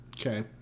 Okay